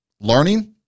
learning